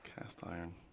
Cast-iron